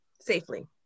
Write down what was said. safely